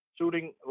Shooting